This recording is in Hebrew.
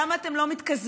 למה אתם לא מתקזזים?